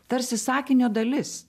tarsi sakinio dalis